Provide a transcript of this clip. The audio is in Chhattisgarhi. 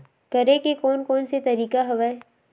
करे के कोन कोन से तरीका हवय?